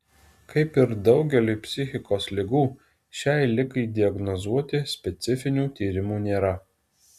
kaip ir daugeliui psichikos ligų šiai ligai diagnozuoti specifinių tyrimų nėra